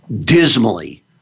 dismally